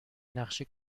نقشه